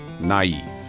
naive